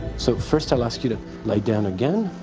so first, i'll ask you to lay down again.